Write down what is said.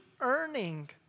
earning